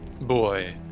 Boy